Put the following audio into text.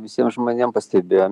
visiem žmonėm pastebėjom